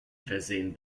versehen